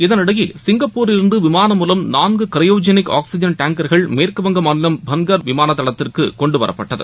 இதனிடையே சிங்கப்பூரிலிருந்துவிமானம் மூலம் நான்குக்ரையோஜெனிக் ஆக்ஸிஐன் டேங்கர்கள் மேற்குவங்கமாநிலம் பனகார் விமானதளத்திற்குகொண்டுவரப்பட்டது